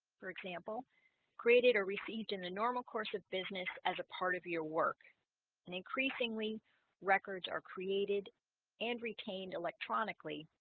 for example created or received in the normal course of business as a part of your work an increasingly records are created and retained electronically,